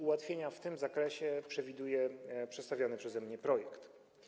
Ułatwienia w tym zakresie przewiduje przedstawiany przeze mnie projekt.